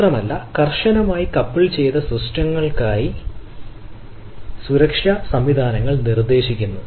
മാത്രമല്ല കർശനമായി കപ്പിൾ ചെയ്ത സിസ്റ്റങ്ങൾക്കായി സുരക്ഷാ സംവിധാനങ്ങൾ നിർദ്ദേശിക്കുന്നു